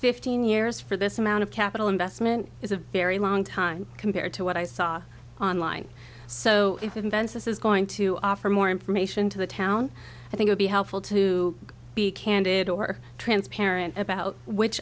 fifteen years for this amount of capital investment is a very long time compared to what i saw online so if invensys is going to offer more information to the town i think would be helpful to be candid or transparent about which